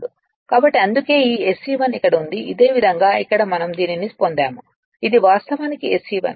కాబట్టి అందుకే ఈ SE1 ఇక్కడ ఉంది అదేవిధంగా ఇక్కడ మనం దీనిని పొందాము ఇది వాస్తవానికి SE1